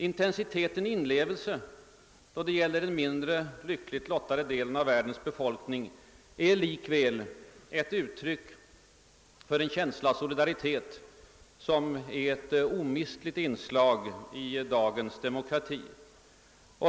Intensiteten i inlevelsen då det gäller den mindre lyckligt lottade delen av världens befolkning är likväl ett uttryck för en känsla av solidaritet som är ett omistligt inslag i dagens demokrati.